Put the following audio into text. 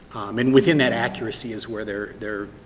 and within that accuracy is where they're they're